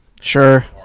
sure